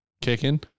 kicking